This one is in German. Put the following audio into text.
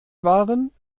waren